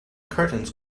curtains